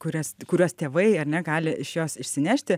kurias kuriuos tėvai ar ne gali iš jos išsinešti